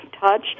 touch